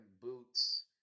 boots